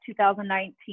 2019